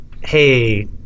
hey